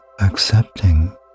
accepting